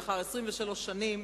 לאחר 23 שנים,